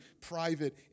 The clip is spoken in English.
private